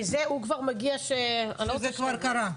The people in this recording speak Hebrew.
כי כבר מגיע --- כשזה כבר קרה.